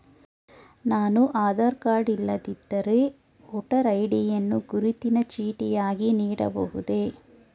ನಾನು ಆಧಾರ ಕಾರ್ಡ್ ಇಲ್ಲದಿದ್ದರೆ voter ID ಯನ್ನು ಗುರುತಿನ ಚೀಟಿಯಾಗಿ ನೀಡಬಹುದೇ?